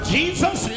Jesus